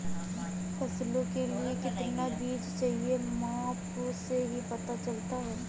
फसलों के लिए कितना बीज चाहिए माप से ही पता चलता है